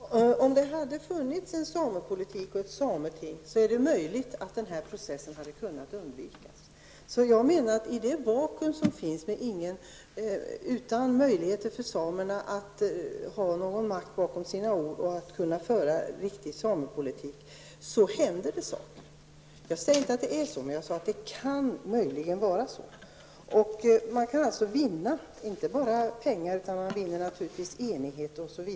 Herr talman! Om det hade funnits en samepolitik och ett sameting är det möjligt att den här processen hade kunnat undvikas. I detta vakuum där samerna icke har möjlighet att sätta makt bakom sina ord och där man inte kan föra en riktig samepolitik, händer det saker. Jag säger inte att det är så, utan att det möjligen kan vara så. Man skulle här kunna vinna inte bara pengar utan också enighet.